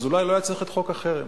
אז אולי לא היה צריך את חוק החרם.